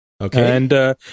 Okay